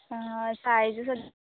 आं सायज सग